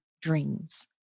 dreams